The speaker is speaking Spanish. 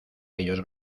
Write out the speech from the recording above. ellos